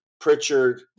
Pritchard